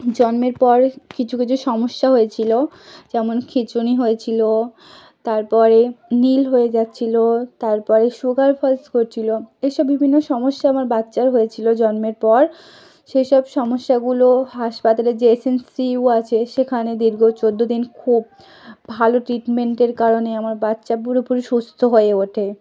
জন্মের পরে কিছু কিছু সমস্যা হয়েছিল যেমন খিঁচুনি হয়েছিল তার পরে নীল হয়ে যাচ্ছিল তার পরে সুগার ফলস করছিল এই সব বিভিন্ন সমস্যা আমার বাচ্চার হয়েছিল জন্মের পর সে সব সমস্যাগুলো হাসপাতালে যে সি সি ইউ আছে সেখানে দীর্ঘ চৌদ্দ দিন খুব ভালো ট্রিটমেন্টের কারণে আমার বাচ্চা পুরোপুরি সুস্থ হয়ে ওঠে